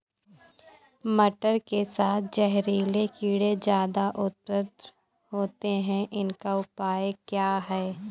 मटर के साथ जहरीले कीड़े ज्यादा उत्पन्न होते हैं इनका उपाय क्या है?